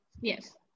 yes